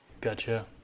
Gotcha